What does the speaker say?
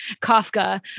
Kafka